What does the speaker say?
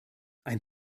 ein